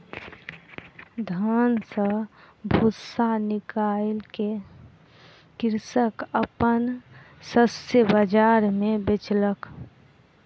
धान सॅ भूस्सा निकाइल के कृषक अपन शस्य बाजार मे बेचलक